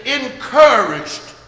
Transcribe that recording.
encouraged